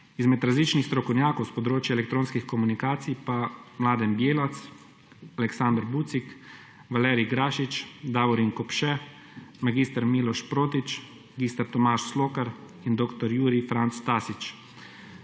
Izmed različnih strokovnjakov s področja elektronskih komunikacij pa Mladen Bjelac, Aleksander Bucik, Valerij Grašič, Davorin Kopše, mag. Miloš Protić, mag. Tomaž Slokar in dr. Jurij Franc Tasič.